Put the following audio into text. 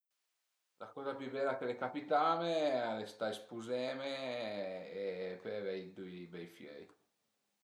La coza pi bela ch'al e capitame al e stait spuzeme e pöi avei düi bei fiöi